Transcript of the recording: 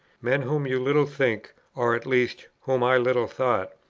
men whom you little think, or at least whom i little thought,